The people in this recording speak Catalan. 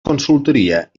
consultoria